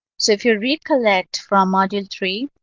so if you recollect from module three,